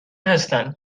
هستند